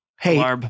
Hey